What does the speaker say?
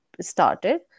started